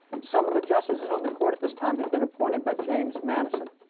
some of the justices on the court at this time had been appointed by james madison.